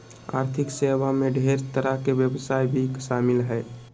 आर्थिक सेवा मे ढेर तरह के व्यवसाय भी शामिल हय